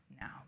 now